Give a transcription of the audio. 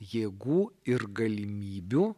jėgų ir galimybių